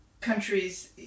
countries